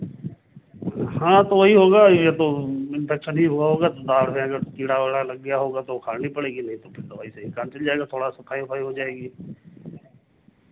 हाँ तो वही होगा ये तो इन्फेक्शन ही हुआ होगा दाँत में अगर कीड़ा वीड़ा लग गया होगा तो उखाड़नी पड़ेगी या तो फिर दवाई से ही काम चल जाएगा थोड़ा सफाई वफ़ाई हो जाएगी